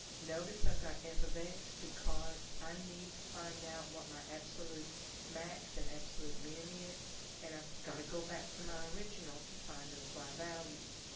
notice i've got f of x because i and need to find out what my absolute max and absolute min is and i've got to go back to my original to find those y values.